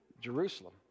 Jerusalem